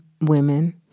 women